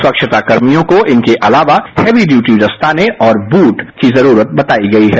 स्वच्छता कर्मियों को इनके अलावा हैवी ड्यूटी दस्ताने और बूट की जरूरत बतायी गयी है